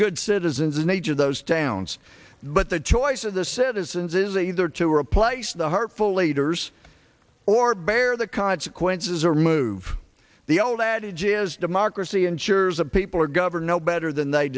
good citizens in each of those towns but the choice of the citizens is either to replace the hurtful leaders or bear the consequences or move the old adage is democracy ensures a people are gov better than they